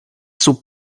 sub